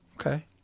Okay